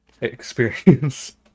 experience